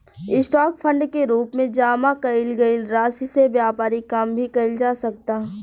stock fund के रूप में जामा कईल गईल राशि से व्यापारिक काम भी कईल जा सकता